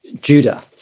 Judah